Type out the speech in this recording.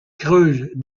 creuse